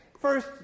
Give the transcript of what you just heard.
first